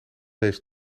deze